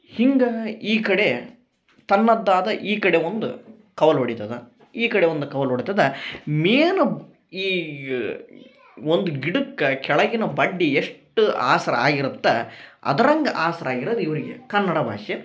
ಹೀಗಾ ಈ ಕಡೆ ತನ್ನದ್ದಾದ ಈ ಕಡೆ ಒಂದು ಕವಲು ಒಡಿತದ ಈ ಕಡೆ ಒಂದು ಕವಲು ಒಡಿತದ ಮೇನು ಈ ಒಂದು ಗಿಡಕ್ಕ ಕೆಳಗಿನ ಬಡ್ಡಿ ಎಷ್ಟು ಆಸರೆ ಆಗಿರತ್ತ ಅದರಂಗೆ ಆಸರೆ ಆಗಿರದು ಇವರಿಗೆ ಕನ್ನಡ ಭಾಷೆ